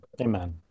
Amen